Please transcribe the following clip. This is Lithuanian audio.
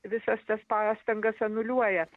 visas tas pastangas anuliuoja